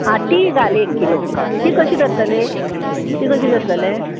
आं ती घाल एक किलो ती कशी धरतले ती कशी धरतले